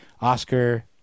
oscar